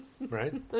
Right